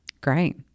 Great